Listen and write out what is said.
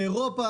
לאירופה,